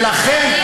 ולכן,